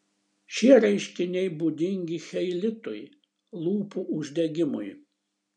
šie reiškiniai būdingi cheilitui lūpų uždegimui